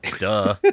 Duh